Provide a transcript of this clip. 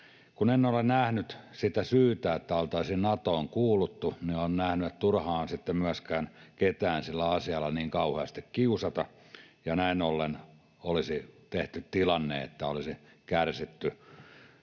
kun en ole nähnyt syytä siihen, että oltaisiin Natoon kuuluttu, niin olen nähnyt, että turha on sitten myöskään ketään sillä asialla niin kauheasti kiusata, ja näin ollen olisi tehty tilanne, että olisi kärsitty